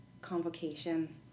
convocation